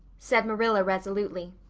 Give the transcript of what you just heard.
said marilla resolutely,